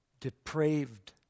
depraved